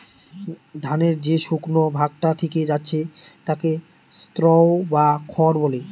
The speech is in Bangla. ধানের যে শুকনো ভাগটা থিকে যাচ্ছে তাকে স্ত্রও বা খড় বলে